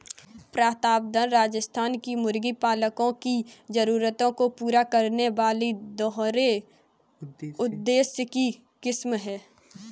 प्रतापधन राजस्थान के मुर्गी पालकों की जरूरतों को पूरा करने वाली दोहरे उद्देश्य की किस्म है